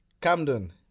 Camden